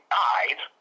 died